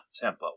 tempo